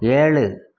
ஏழு